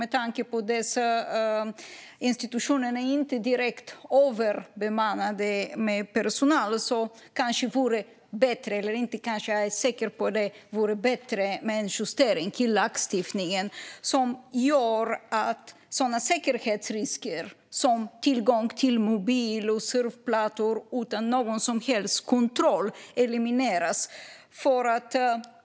Med tanke på att dessa institutioner inte direkt är överbemannade med personal vore det bättre med en justering i lagstiftningen som gör att sådana säkerhetsrisker som tillgång till mobiler eller surfplattor utan någon som helst kontroll elimineras.